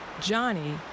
Johnny